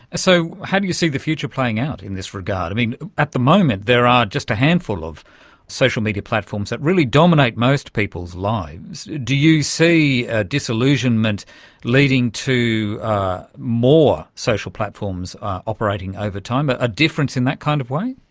so how do you see the future playing out in this regard? at the moment there are just a handful of social media platforms that really dominate most people's lives. do you see ah disillusionment leading to more social platforms operating over time, but a difference in that kind of way?